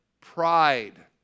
pride